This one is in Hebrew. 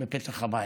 בפתח הבית,